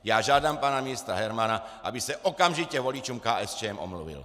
Já žádám pana ministra Hermana, aby se okamžitě voličům KSČM omluvil.